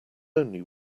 only